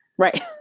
Right